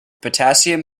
potassium